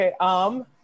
Okay